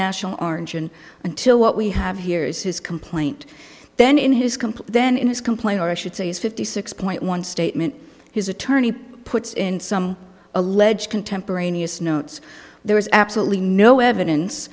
national our engine until what we have here is his complaint then in his complaint then in his complaint or i should say is fifty six point one statement his attorney puts in some alleged contemporaneous notes there is absolutely no evidence